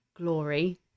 glory